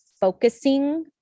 focusing